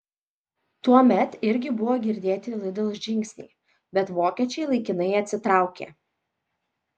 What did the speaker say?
tuomet irgi buvo girdėti lidl žingsniai bet vokiečiai laikinai atsitraukė